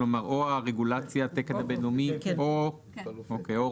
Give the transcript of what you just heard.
כלומר, או הרגולציה, התקן בינלאומי או הוראות.